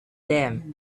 them